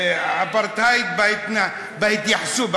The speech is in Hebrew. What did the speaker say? אפרטהייד בהתייחסות,